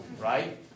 right